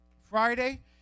Friday